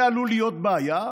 זה עלול להיות בעיה.